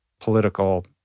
political